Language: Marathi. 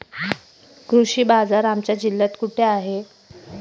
कृषी बाजार आमच्या जिल्ह्यात कुठे आहे?